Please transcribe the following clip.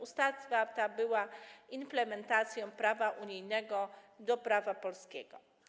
Ustawa ta była implementacją prawa unijnego do prawa polskiego.